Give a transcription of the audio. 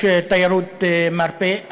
יש שם תיירות מרפא,